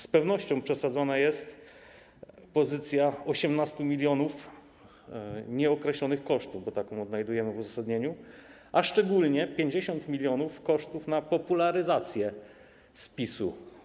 Z pewnością przesadzona jest pozycja 18 mln nieokreślonych kosztów, bo taką odnajdujemy w uzasadnieniu, a szczególnie 50 mln kosztów na popularyzację spisu.